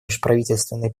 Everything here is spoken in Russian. межправительственные